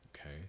Okay